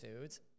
foods